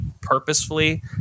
purposefully